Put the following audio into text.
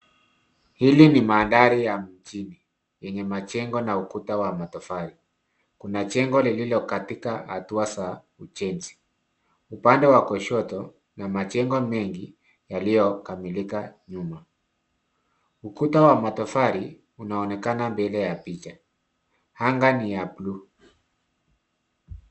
Hili ni mandhari ya mjini yenye majengo na ukuta wa matofali. Kuna jengo lililo katika hatua za ujenzi upande wa kushoto na majengo mengi yaliyokamilika nyuma. Ukuta wa matofali unaonekana mbele ya picha. Anga ni ya bluu.